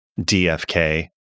DFK